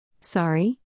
Sorry